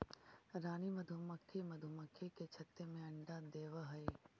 रानी मधुमक्खी मधुमक्खी के छत्ते में अंडा देवअ हई